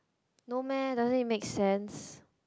no meh doesn't it make sense